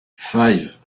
five